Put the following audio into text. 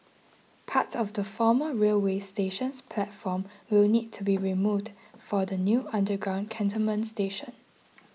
parts of the former railway station's platform will need to be removed for the new underground cantonment station